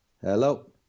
hello